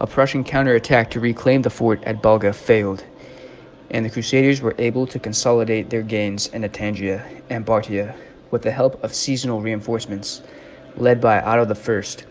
a prussian counter-attack to reclaim the fort at volga failed and the crusaders were able to consolidate their gains in a tangia and but partyi with the help of seasonal reinforcements led by out of the first